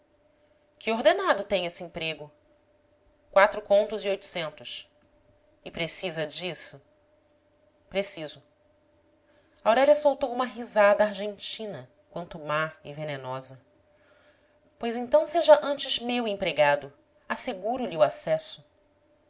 que ordenado tem esse emprego quatro contos e oitocentos e precisa disso preciso aurélia soltou uma risada argentina quanto má e venenosa pois então seja antes meu empregado asseguro lhe o acesso